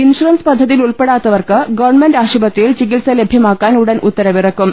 insurance പദ്ധതി യിൽ ഉൾപ്പെടാത്തവർക്ക് ഗവൺമെന്റ് ആശുപത്രിയിൽ ചികിത്സ ലഭ്യമാക്കാൻ ഉടൻ ഉത്തരവിറക്കും